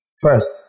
first